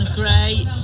great